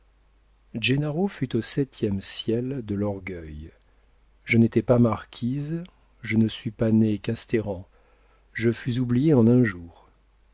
fut au septième ciel de l'orgueil je n'étais pas marquise je ne suis pas née casteran je fus oubliée en un jour